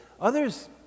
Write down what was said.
Others